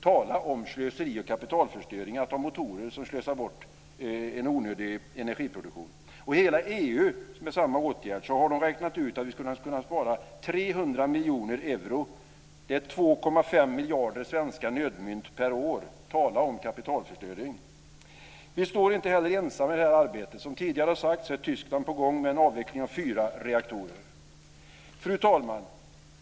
Tala om slöseri och kapitalförstöring, att ha motorer som i onödan slösar bort energiproduktionen. Med samma åtgärd i hela EU har man räknat ut att vi skulle kunna spara 300 miljoner euro. Det är 2,5 miljarder svenska nödmynt per år. Tala om kapitalförstöring! Vi står inte heller ensamma i det här arbetet. Som tidigare sagts är Tyskland på gång med en avveckling av fyra reaktorer. Fru talman!